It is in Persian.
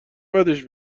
بدش